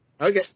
Okay